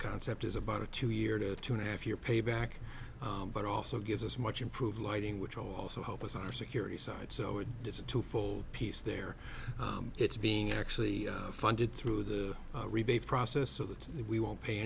concept is about a two year to two and a half year payback but also gives us much improved lighting which will also help us on our security side so it is a twofold piece there it's being actually funded through the rebate process so that we won't pay